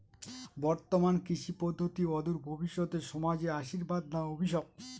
বর্তমান কৃষি পদ্ধতি অদূর ভবিষ্যতে সমাজে আশীর্বাদ না অভিশাপ?